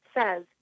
says